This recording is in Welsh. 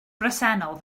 bresennol